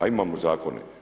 A imamo zakone.